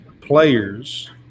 players